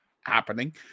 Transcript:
happening